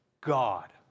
God